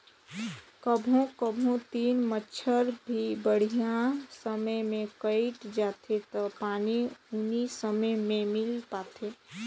कभों कभों तीन बच्छर भी बड़िहा समय मे कइट जाथें त पानी उनी समे मे मिल पाथे